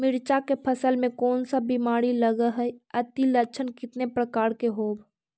मीरचा के फसल मे कोन सा बीमारी लगहय, अती लक्षण कितने प्रकार के होब?